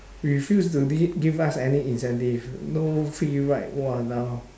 refuse to give us any incentive no free ride !walao!